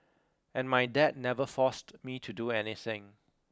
and my dad never forced me to do anything